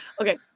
okay